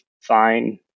fine